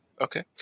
okay